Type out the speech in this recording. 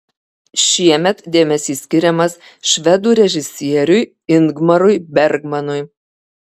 šiemet dėmesys skiriamas švedų režisieriui ingmarui bergmanui